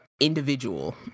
individual